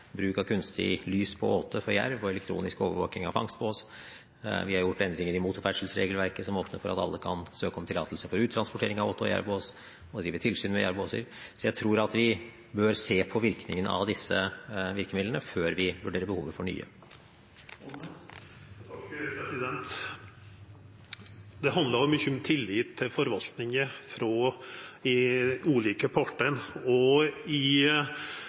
bruk av kunstig lys på åte for jerv og elektronisk overvåking av fangstbås. Vi har foretatt endringer i motorferdselsregelverket som åpner for at alle kan søke om tillatelse for uttransportering av åte og jervbås, og for å drive tilsyn med jervbåser. Jeg tror vi bør se på virkningen av disse virkemidlene før vi vurderer behovet for nye. Det handlar mykje om tillit til forvaltninga frå dei ulike partane. I